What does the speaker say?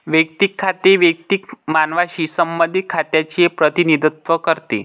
वैयक्तिक खाते वैयक्तिक मानवांशी संबंधित खात्यांचे प्रतिनिधित्व करते